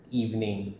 evening